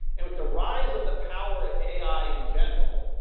and with the rise of the power of ai in general,